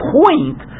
point